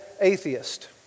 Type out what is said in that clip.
atheist